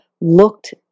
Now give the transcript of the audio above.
looked